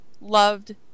loved